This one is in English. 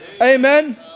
Amen